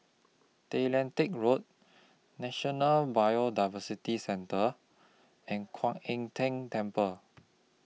Tay Lian Teck Road National Biodiversity Centre and Kuan Im Tng Temple